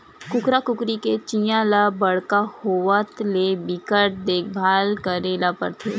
कुकरा कुकरी के चीया ल बड़का होवत ले बिकट देखभाल करे ल परथे